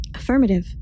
Affirmative